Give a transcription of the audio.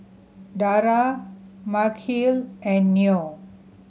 Dara Mikhail and Noah